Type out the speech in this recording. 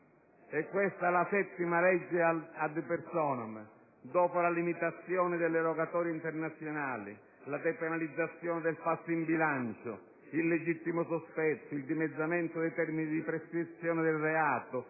È questa la settima legge *ad personam*. Dopo la limitazione delle rogatorie internazionali, la depenalizzazione del falso in bilancio, il legittimo sospetto, il dimezzamento dei termini di prescrizione del reato,